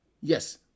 Yes